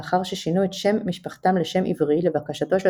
לאחר ששינו את שם משפחתם לשם עברי לבקשתו של